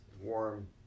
warm